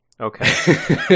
Okay